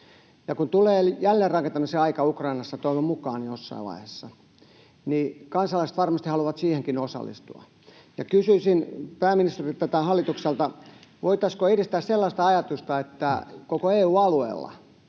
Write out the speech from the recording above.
ja kun tulee jälleenrakentamisen aika Ukrainassa — toivon mukaan jossain vaiheessa — niin kansalaiset varmasti haluavat siihenkin osallistua. Kysyisin pääministeriltä tai hallitukselta: Voitaisiinko edistää sellaista ajatusta, että koko EU-alueella